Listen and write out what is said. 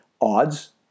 odds